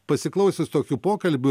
pasiklausius tokių pokalbių